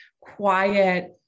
quiet